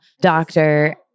doctor